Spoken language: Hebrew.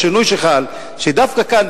השינוי שחל הוא שדווקא כאן,